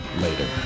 Later